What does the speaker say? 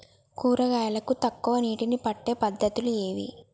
కూరగాయలకు తక్కువ నీటిని పెట్టే పద్దతులు ఏవి?